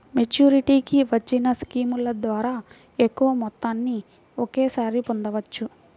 మెచ్యూరిటీకి వచ్చిన స్కీముల ద్వారా ఎక్కువ మొత్తాన్ని ఒకేసారి పొందవచ్చు